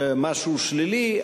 משהו שלילי.